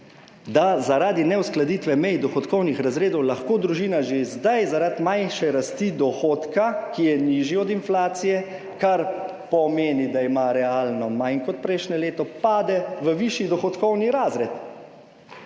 da zaradi neuskladitve mej dohodkovnih razredov lahko družina že zdaj zaradi manjše rasti dohodka, ki je nižji od inflacije, kar pomeni, da ima realno manj kot prejšnje leto, pade v višji dohodkovni razred